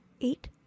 eight